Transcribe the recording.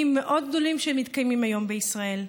מאוד גדולים שמתקיימים היום בישראל.